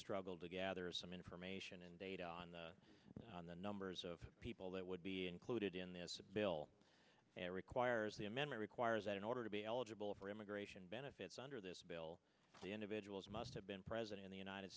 struggled to gather some information and data on the on the numbers of people that would be included in this bill and requires the amendment requires that in order to be eligible for immigration benefits under this bill the individuals must have been present in the united